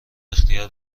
اختیار